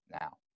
now